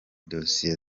dosiye